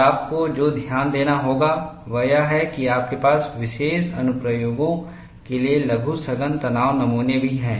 और आपको जो ध्यान देना होगा वह यह है कि आपके पास विशेष अनुप्रयोगों के लिए लघु सघन तनाव नमूने भी हैं